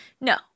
No